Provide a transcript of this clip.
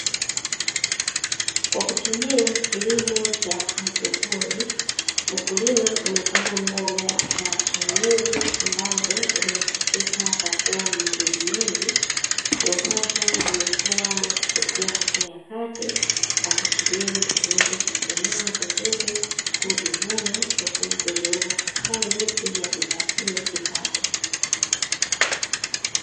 Kwa kutumia kilimo cha haidroponi, mkulima amepanda mboga za chainizi ambazo zinasifika kwa kuwa na madini mengi na sasa zimekua na kufikia hatua ya kati; akisubiri ziweze kukomaa vizuri, kuzivuna na kwenda kuziuza sokoni ili ajipatie kipato.